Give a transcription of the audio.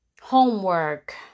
Homework